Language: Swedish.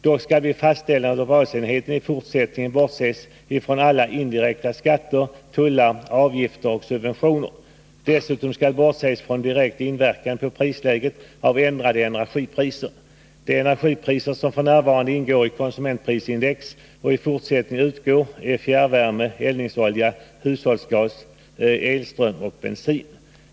Dock skall vid fastställande av basenheten i fortsättningen bortses från alla indirekta skatter, tullar, avgifter och subventioner. Dessutom skall bortses från direkt inverkan på prisläget av ändrade energipriser. De energipriser som f. n. ingår i konsumentprisindex och i fortsättningen skall utgå är fjärrvärme, eldningsolja, hushållsgas, elström och bensin.